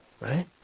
right